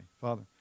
Father